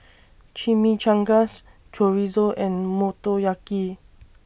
Chimichangas Chorizo and Motoyaki